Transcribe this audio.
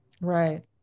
right